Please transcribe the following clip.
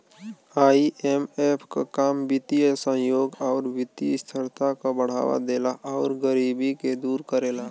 IMF क काम वित्तीय सहयोग आउर वित्तीय स्थिरता क बढ़ावा देला आउर गरीबी के दूर करेला